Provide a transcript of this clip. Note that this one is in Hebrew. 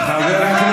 הרגת את,